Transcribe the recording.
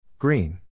Green